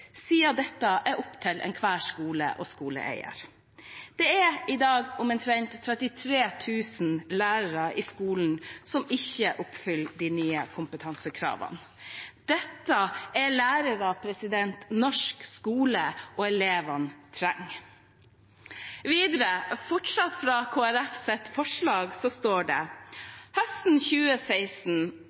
siden dette er opp til enhver skole og skoleeier. Man sier også at det i dag er omtrent 33 000 lærere i skolen som ikke oppfyller de nye kompetansekravene. Dette er lærere norsk skole og elevene trenger. I Kristelig Folkepartis forslag står det videre at regjeringen høsten 2016